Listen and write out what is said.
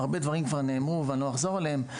הרבה דברים כבר נאמרו ואני לא אחזור עליהם.